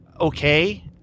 okay